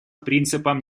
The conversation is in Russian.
принципом